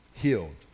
healed